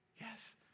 Yes